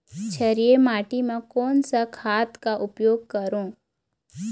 क्षारीय माटी मा कोन सा खाद का उपयोग करों?